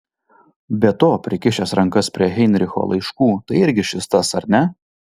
be to prikišęs rankas prie heinricho laiškų tai irgi šis tas ar ne